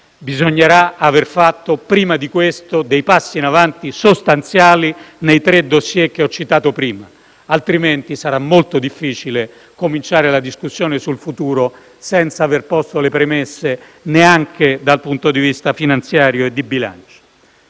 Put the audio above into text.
bisognerà aver fatto, prima di questo, dei passi in avanti sostanziali nei tre *dossier* che ho citato prima, altrimenti sarà molto difficile cominciare la discussione sul futuro senza aver posto neanche le premesse dal punto di vista finanziario e di bilancio.